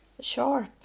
sharp